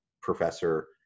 professor